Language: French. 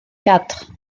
quatre